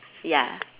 ya